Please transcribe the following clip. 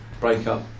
break-up